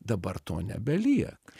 dabar to nebelieka